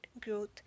growth